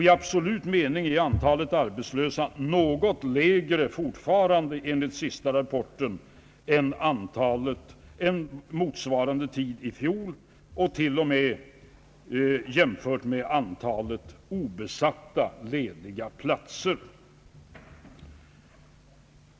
I absolut mening är antalet arbetslösa enligt sista rapporten fortfarande något lägre än motsvarande tid i fjol, och det är till och med lägre jämfört med antalet obesatta lediga platser.